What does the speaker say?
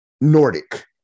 Nordic